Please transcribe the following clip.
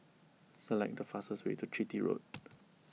select the fastest way to Chitty Road